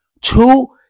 Two